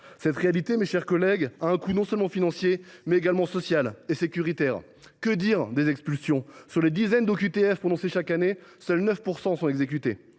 Cette réalité, mes chers collègues, a un coût non seulement financier, mais également social et sécuritaire. Que dire des expulsions ? Sur les dizaines de milliers d’OQTF prononcées chaque année, seulement 9 % sont exécutées.